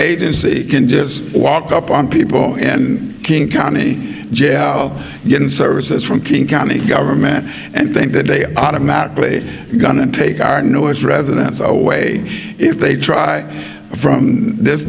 agency can just walk up on people in king county jail getting services from king county government and think that they automatically gonna take our newest residents away if they try from this